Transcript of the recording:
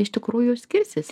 iš tikrųjų skirsis